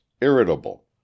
irritable